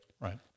Right